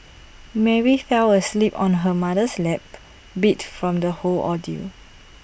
Mary fell asleep on her mother's lap beat from the whole ordeal